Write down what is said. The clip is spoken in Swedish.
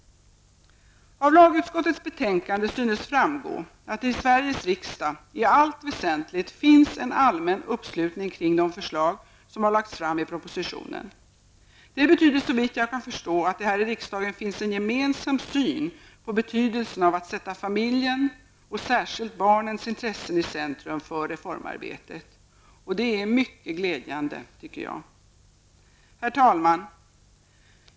Av lagutskottets betänkande synes framgå att det i Sveriges riksdag i allt väsentligt finns en allmän uppslutning kring de förslag som har lagts fram i propositionen. Det betyder såvitt jag kan förstå att det här i riksdagen finns en gemensam syn på betydelsen av att sätta familjen och särskilt barnens intressen i centrum för reformarbetet. Det är mycket glädjande. Herr talman!